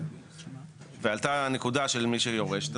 עלתה נקודה לגבי יורשים.